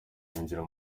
binjira